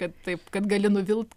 kad taip kad gali nuvilt